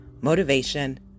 motivation